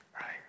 Right